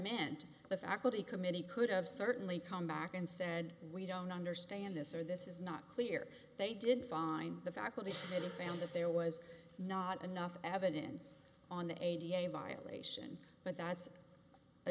meant the faculty committee could have certainly come back and said we don't understand this or this is not clear they did find the faculty that it found that there was not enough evidence on the a t m violation but that's a